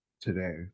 today